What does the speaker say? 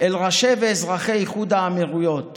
אל ראשי ואזרחי איחוד האמירויות